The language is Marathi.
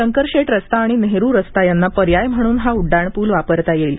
शंकरशेठ रस्ता आणि नेहरू रस्ता यांना पर्याय म्हणून हा उड्डाणपूल वापरता येईल